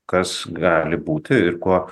kas gali būti ir kuo